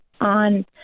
on